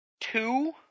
two